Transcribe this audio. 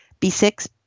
B6